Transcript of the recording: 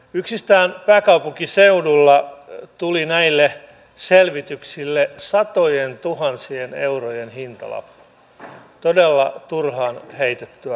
yksistään pääkaupunkiseudulla tuli näille selvityksille satojentuhansien eurojen hintalappu todella turhaan heitettyä rahaa